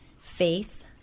faith